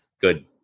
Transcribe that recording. good